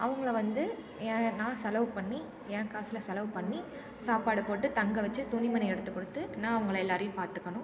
அவங்களை வந்து எ நான் செலவு பண்ணி ஏன் காசில் செலவு பண்ணி சாப்பாடு போட்டு தங்கவச்சு துணிமணி எடுத்துக்கொடுத்து நான் அவங்களை எல்லாரையும் பார்த்துக்கணும்